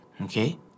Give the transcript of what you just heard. okay